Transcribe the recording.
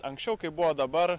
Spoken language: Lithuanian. anksčiau kaip buvo dabar